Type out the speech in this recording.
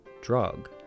drug